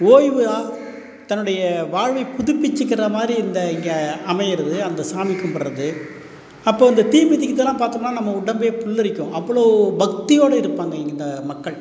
ஓய்வாக தன்னுடைய வாழ்வை புதுப்பிச்சுக்கிற மாதிரி இந்த இங்கே அமைகிறது அந்த சாமி கும்பிட்றது அப்போ இந்த தீமிதிக்கிறதலாம் பார்த்தோம்னா நம்ம உடம்பே புல்லரிக்கும் அவ்வளோ பக்தியோடு இருப்பாங்கள் இந்த மக்கள்